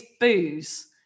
booze